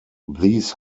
these